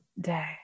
day